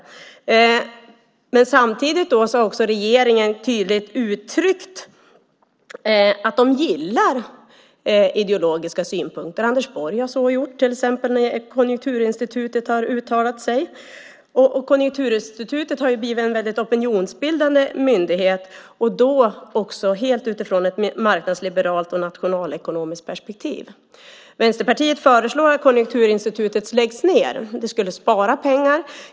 Samtidigt har regeringen tydligt uttryckt att den gillar ideologiska synpunkter. Till exempel har Anders Borg gjort så när Konjunkturinstitutet har uttalat sig. Konjunkturinstitutet har också blivit en väldigt opinionsbildande myndighet, och detta helt utifrån ett marknadsliberalt och nationalekonomiskt perspektiv. Vänsterpartiet föreslår att Konjunkturinstitutet läggs ned. Det skulle spara pengar.